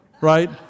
Right